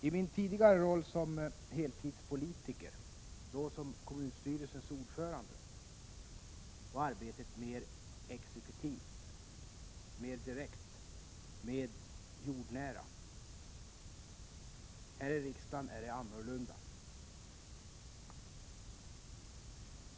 I min tidigare roll som heltidspolitiker — då som kommunstyrelsens ordförande — var arbetet mer exekutivt, mer direkt och mer jordnära. Här i riksdagen är det något annorlunda.